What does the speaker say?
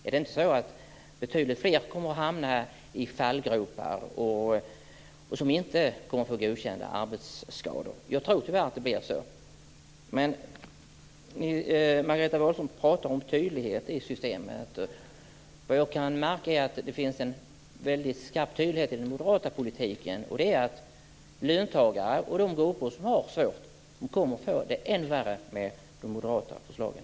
Är det inte så att betydligt fler kommer att hamna i fallgropar och inte kunna få sina arbetsskador godkända? Jag tror tyvärr att det blir så. Margareta Cederfelt pratar om tydlighet i systemet. Vad jag kan märka finns det en sak som framgår med väldigt skarp tydlighet i den moderata politiken, och det är att löntagarna och de grupper som har det svårt kommer att få det än värre med de moderata förslagen.